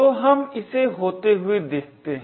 तो हम इसे होते हुए देखते हैं